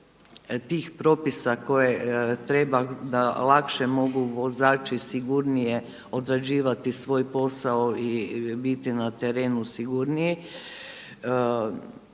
tih propisa koje treba, da lakše mogu vozači, sigurnije odrađivati svoj posao i biti na terenu sigurniji.